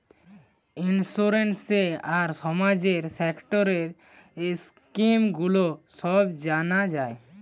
insurance আর সামাজিক সেক্টরের স্কিম গুলো সব জানা যায়